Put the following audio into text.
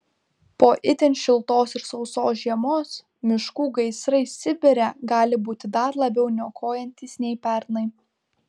po itin šiltos ir sausos žiemos miškų gaisrai sibire gali būti dar labiau niokojantys nei pernai